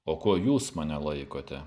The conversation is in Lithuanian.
o kuo jūs mane laikote